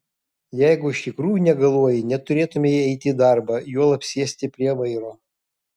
jeigu iš tikrųjų negaluoji neturėtumei eiti į darbą juolab sėsti prie vairo